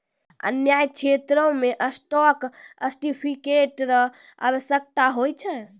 न्याय क्षेत्रो मे स्टॉक सर्टिफिकेट र आवश्यकता होय छै